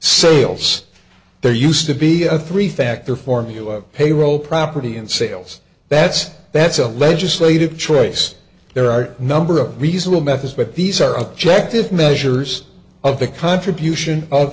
sales there used to be a three factor formula payroll property and sales that's that's a legislative choice there are a number of reasonable methods but these are objective measures of the contribution of